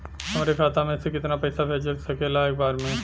हमरे खाता में से कितना पईसा भेज सकेला एक बार में?